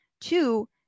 Two